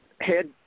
head